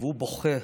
והוא בוכה,